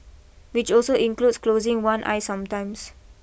which also includes closing one eye sometimes